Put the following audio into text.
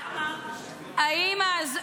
למה בטח?